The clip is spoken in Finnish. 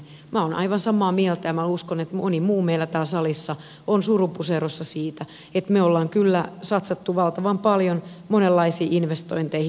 minä olen aivan samaa mieltä ja minä uskon että moni muu meillä täällä salissa on suru puserossa siitä että me olemme kyllä satsanneet valtavan paljon monenlaisiin investointeihin